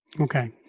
Okay